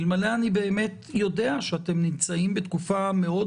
אלמלא אני באמת יודע שאתם נמצאים בתקופה מאוד